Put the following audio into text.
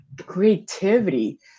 creativity